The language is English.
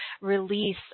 release